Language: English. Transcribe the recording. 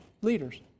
Leaders